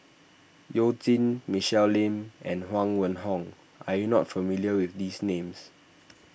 You Jin Michelle Lim and Huang Wenhong are you not familiar with these names